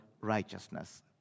righteousness